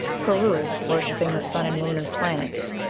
peru, worshipping the sun and moon and planets,